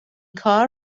کار